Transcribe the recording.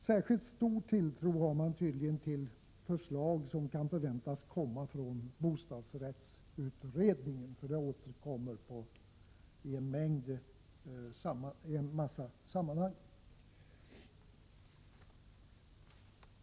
Särskilt stor tilltro har man tydligen till förslag som kan förväntas komma från bostadsrättsutredningen, för den återkommer i en mängd sammanhang.